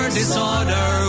disorder